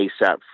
ASAP